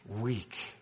weak